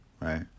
Right